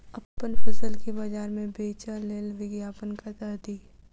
अप्पन फसल केँ बजार मे बेच लेल विज्ञापन कतह दी?